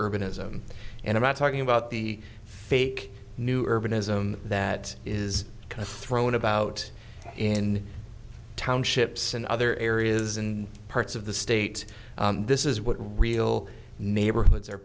urban as i'm and i'm not talking about the fake new urbanism that is kind of thrown about in townships and other areas and parts of the state this is what real neighborhoods are